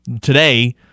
today